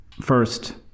First